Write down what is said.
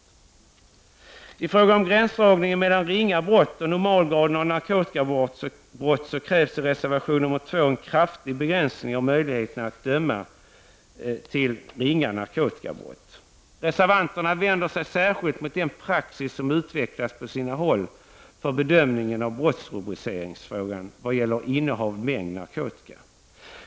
I reservation 2, som handlar om gränsdragningen mellan ringa narkotikabrott och normalgraden av narkotikabrott, krävs en kraftig begränsning av möjligheterna att döma för ringa narkotikabrott, Reservanterna vänder sig särskilt mot den praxis som utvecklats på sina håll för bedömning av brottsrubricering beroende på den mängd narkotika som innehas.